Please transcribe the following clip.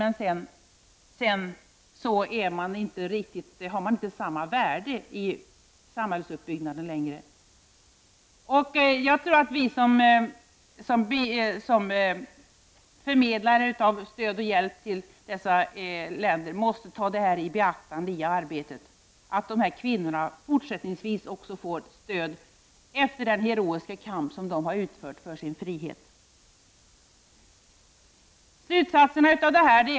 Men sedan har man inte riktigt samma värde i fråga om samhällsuppbyggnaden. Jag tror att vi som förmedlare av stöd och hjälp till dessa länder i vårt ar bete måste ta i beaktande att dessa kvinnor även fortsättningsvis får stöd med tanke på den kamp som de har fört för sin frihet.